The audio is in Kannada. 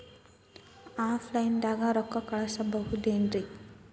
ಆಫ್ಲೈನ್ ದಾಗ ರೊಕ್ಕ ಕಳಸಬಹುದೇನ್ರಿ?